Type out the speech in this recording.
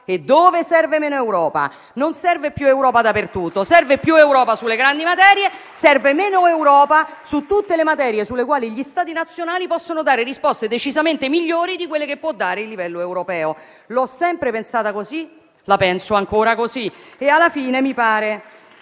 e dove serve meno Europa; non serve più Europa dappertutto, ma serve più Europa sulle grandi materie e serve meno Europa in tutte le materie sulle quali gli Stati nazionali possono dare risposte decisamente migliori di quelle che può dare il livello europeo. L'ho sempre pensata così e la penso ancora così. Alla fine, mi pare